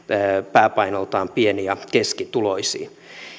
pääpainoltaan pieni ja keskituloisiin